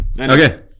Okay